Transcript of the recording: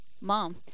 mom